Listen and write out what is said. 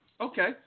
Okay